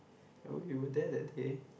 oh you were there that day